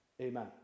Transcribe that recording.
Amen